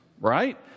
right